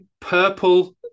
Purple